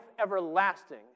everlasting